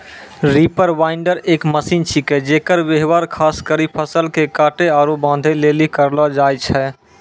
reaper binder एक machine छिकै जेकर व्यवहार खास करी फसल के काटै आरू बांधै लेली करलो जाय छै